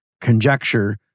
conjecture